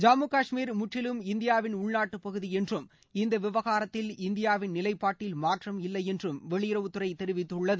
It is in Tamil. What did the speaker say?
ஜம்மு கஷ்மீர் முற்றிலும் இந்தியாவின் உள்நாட்டு பகுதி என்றும் இந்த விவகாரத்தில் இந்தியாவின் நிலைபாட்டில் மாற்றம் இல்லை என்றும் வெளியுறவுத்துறை தெரிவித்துள்ளது